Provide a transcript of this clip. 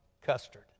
custard